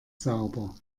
sauber